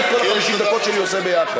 אני, את כל 50 הדקות שלי עושה ביחד.